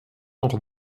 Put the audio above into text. noch